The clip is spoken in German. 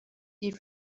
die